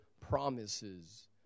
promises